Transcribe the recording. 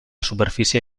superfície